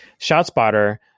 ShotSpotter